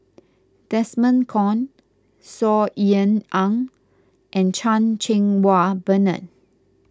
Desmond Kon Saw Ean Ang and Chan Cheng Wah Bernard